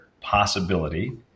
possibility